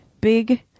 big